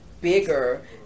bigger